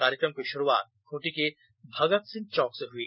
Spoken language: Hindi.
कार्यक्रम की शुरुआत खूटी के भगत सिंह चौक से हुई